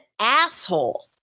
asshole